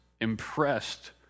impressed